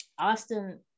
Austin